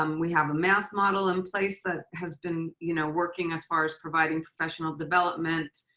um we have a math model in place that has been you know working as far as providing professional development,